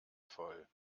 voll